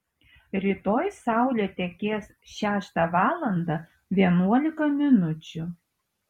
rytoj saulė tekės šeštą valandą vienuolika minučių